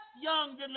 young